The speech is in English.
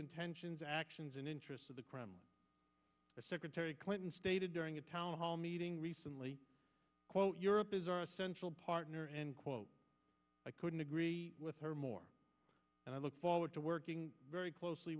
intentions actions and interests of the crown secretary clinton stated during a town hall meeting recently quote europe is our essential partner and quote i couldn't agree with her more and i look forward to working very closely